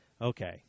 Okay